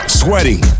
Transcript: sweating